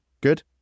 good